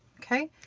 okay?